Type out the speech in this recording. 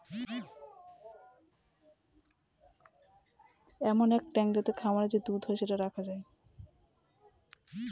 এমন এক ট্যাঙ্ক যাতে খামারে যে দুধ হয় সেটা রাখা যায়